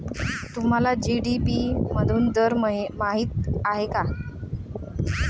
तुम्हाला जी.डी.पी मधून दर माहित आहे का?